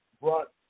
brought